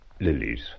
lilies